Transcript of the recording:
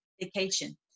vacation